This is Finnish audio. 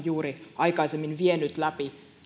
juuri aikaisemmin vienyt läpi